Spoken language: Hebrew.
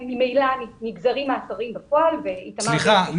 ממילא נגזרים מאסרים בפועל --- סליחה,